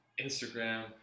Instagram